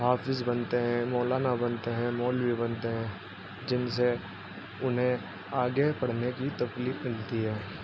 halves بنتے ہیں مولانا بنتے ہیں مال بھی بنتے ہیں جن سے انہیں آگے پڑھنے کی تکلیف ملتی ہے